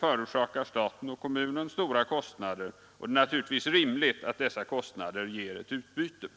förorsakar stat och kommun stora kostnader. Det är naturligtvis rimligt att dessa kostnader ger utbyte.